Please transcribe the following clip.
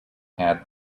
had